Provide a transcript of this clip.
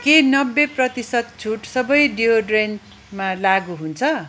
के नब्बे प्रतिशत छुट सबै डियोड्रेन्टमा लागू हुन्छ